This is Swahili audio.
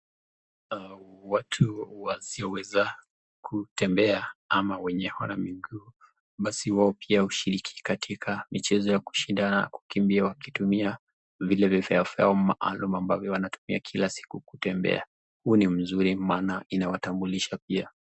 watu wasio weza kutembea ama wenye hawana miguu basi wao pia ushiriki katika michezo ya kushindana kukimbia wakitumia vile vifaa vyao maalum ambavyo wanatumia kila siku kutembea huu ni mzuri maana inawatambulisha pia